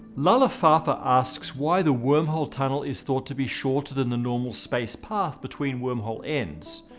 lala fafa asks why the wormhole tunnel is thought to be shorter than the normal-space path between wormhole ends.